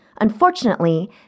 Unfortunately